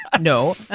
No